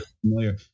Familiar